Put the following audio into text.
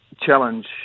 challenge